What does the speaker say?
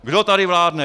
Kdo tady vládne?!